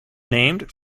named